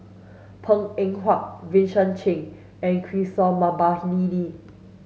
Png Eng Huat Vincent Cheng and Kishore Mahbubani